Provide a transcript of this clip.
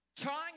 trying